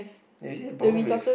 there you see the problem with